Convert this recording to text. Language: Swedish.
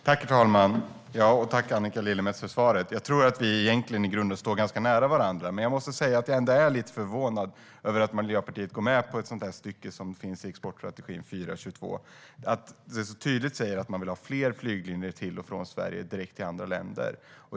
Herr talman! Jag tackar Annika Lillemets för svaret. Jag tror att vi i grunden egentligen står ganska nära varandra. Men jag är ändå lite förvånad över att Miljöpartiet går med på ett sådant stycke som finns i exportstrategin 4.22, där man så tydligt säger att man vill ha fler flyglinjer till och från Sverige direkt till andra länder.